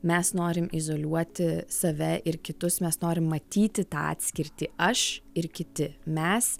mes norim izoliuoti save ir kitus mes norim matyti tą atskirtį aš ir kiti mes